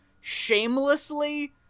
shamelessly